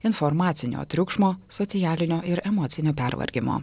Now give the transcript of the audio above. informacinio triukšmo socialinio ir emocinio pervargimo